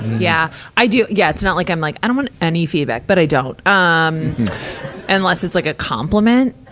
yeah. i do yeah, it's not like i'm like, i don't want any feedback. but i don't. um unless it's like a compliment,